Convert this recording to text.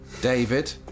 David